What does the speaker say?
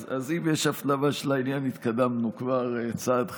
אז אם יש הפנמה של העניין, התקדמנו כבר צעד חשוב.